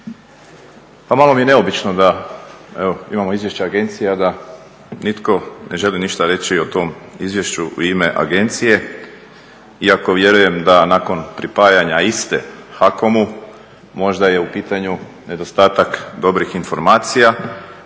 Pa malo mi je neobično da imamo izvješće agencije, a da nitko ne želi ništa reći o tom izvješću u ime agencije iako vjerujem da nakon pripajanja iste HAKOM-u, možda je u pitanju nedostatak dobrih informacija